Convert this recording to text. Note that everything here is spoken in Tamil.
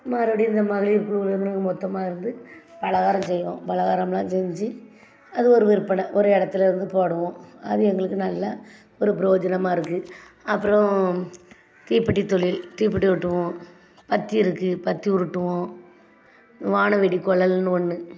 மறுபடியும் இந்த மகளிர் குழுலேருந்து நாங்கள் மொத்தமாக இருந்து பலகாரம் செய்வோம் பலகாரம்லாம் செஞ்சு அது ஒரு விற்பனை ஒரு இடத்துல இருந்து போடுவோம் அது எங்களுக்கு நல்லா ஒரு பிரோஜனமா இருக்குது அப்புறம் தீப்பெட்டி தொழில் தீப்பெட்டி ஒட்டுவோம் பத்தி இருக்குது பத்தி உருட்டுவோம் வானவெடி கொழல்னு ஒன்று